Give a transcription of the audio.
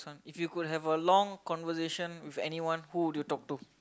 if you could have a long conversation with anyone who would you talk to